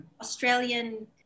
Australian